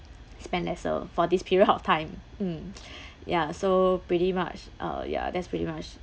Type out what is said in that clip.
spend lesser for this period of time mm ya so pretty much uh ya that's pretty much